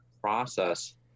process